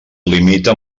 limita